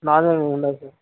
non veg ఉండదు sir